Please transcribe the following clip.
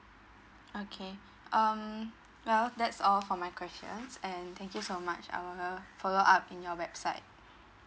okay um well that's all for my questions and thank you so much I will follow up in your website